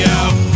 out